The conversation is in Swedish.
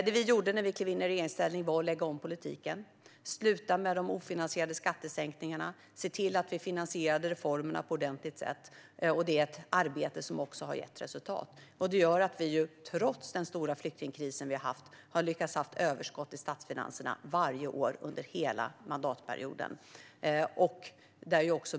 Det vi gjorde när vi klev in i regeringsställning var att lägga om politiken, sluta med de ofinansierade skattesänkningarna och se till att vi finansierade reformerna på ett ordentligt sätt. Det är ett arbete som har gett resultat. Det gör att vi trots den stora flyktingkris vi haft har lyckats ha överskott i statsfinanserna varje år under hela mandatperioden.